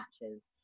matches